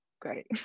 Great